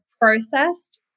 processed